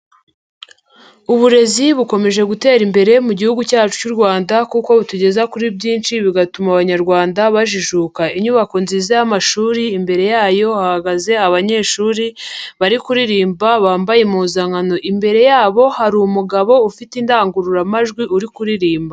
Uburezi bukomeje gutera imbere mu gihugu cyacu cy'u Rwanda kuko butugeza kuri byinshi bigatuma abanyarwanda bajijuka. Inyubako nziza y'amashuri, imbere yayo hahagaze abanyeshuri bari kuririmba bambaye impuzankano, imbere yabo hari umugabo ufite indangururamajwi uri kuririmba.